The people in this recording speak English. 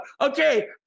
Okay